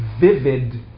vivid